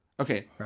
Okay